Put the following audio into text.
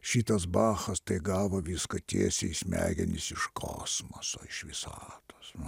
šitas bachas tai gavo viską tiesiai į smegenis iš kosmoso iš visatos